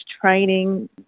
training